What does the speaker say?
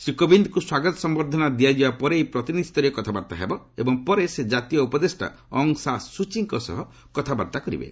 ଶ୍ରୀ କୋବିନ୍ଦଙ୍କୁ ସ୍ୱାଗତ ସମ୍ଭର୍ଦ୍ଧନା ଦିଆଯିବା ପରେ ଏହି ପ୍ରତିନିଧିସ୍ତରୀୟ କଥାବାର୍ତ୍ତା ହେବ ଏବଂ ପରେ ସେ ଜାତୀୟ ଉପଦେଷ୍ଟା ଅଙ୍ଗ୍ ସାଂ ସୁଚୀଙ୍କ ସହ କଥାବାର୍ତ୍ତା କରିବେ